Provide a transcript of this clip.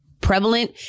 prevalent